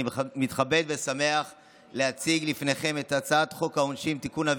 אני מתכבד ושמח להציג בפניכם את הצעת חוק העונשין (תיקון,